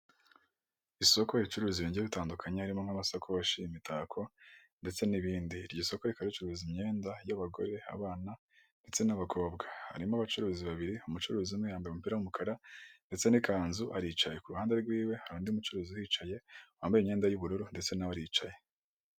Isoko ricuruza ibintu bigiye bitandukanye haririmo nk'amasakoshi, imitako ndetse n'ibindi, iryo soko rikaba ricuruza imyenda y'abagore, abana ndetse n'abakobwa, harimo abacuruzi babiri, umucuruzi umwe yambaye umupira w'umukara ndetse n'ikanzu aricaye, ku ruhande rw'iwe hari undi mucuruzi uhicaye wambaye imyenda y'ubururu ndetse nawe aricaye.